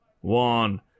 one